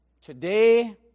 Today